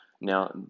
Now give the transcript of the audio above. Now